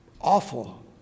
awful